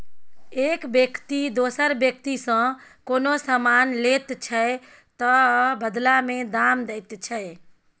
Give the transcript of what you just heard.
एक बेकती दोसर बेकतीसँ कोनो समान लैत छै तअ बदला मे दाम दैत छै